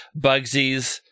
Bugsies